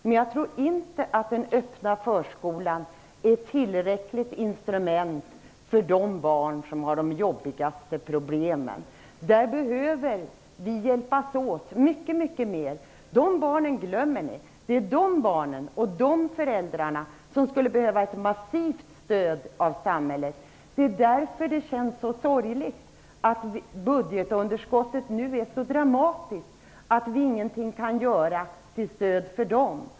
Men tror inte att den öppna förskolan är ett tillräckligt instrument för de barn som har de största problemen. Där behöver vi hjälpas åt mycket mer. De barnen glömmer ni. Det är de barnen och de föräldrarna som skulle behöva ett massivt stöd av samhället. Det är därför det känns så sorgligt att budgetunderskottet nu är så dramatiskt att vi ingenting kan göra till stöd för dem.